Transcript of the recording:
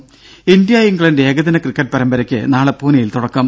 ദേദ India England ഏകദിന cricket പരമ്പരക്ക് നാളെ പൂനെയിൽ തുടക്കം